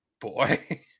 boy